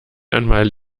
einmal